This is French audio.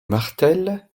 martel